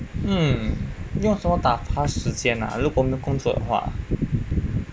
mm 用什么打发时间啊如果没有工作的话